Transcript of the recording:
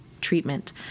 treatment